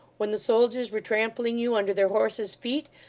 when the soldiers were trampling you under their horses' feet,